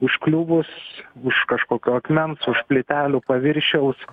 užkliuvus už kažkokio akmens už plytelių paviršiaus